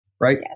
Right